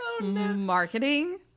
marketing